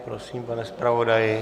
Prosím, pane zpravodaji.